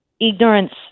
ignorance